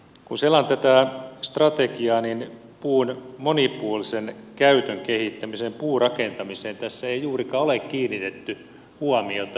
kun selaan tätä strategiaa puun monipuolisen käytön kehittämiseen puurakentamiseen tässä ei juurikaan ole kiinnitetty huomiota